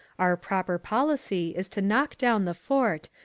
our proper policy is to knock down the fort,